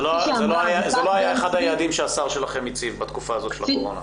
זה לא היה אחד היעדים שהשר שלכם הציב בתקופה הזאת של הקורונה.